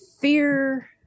fear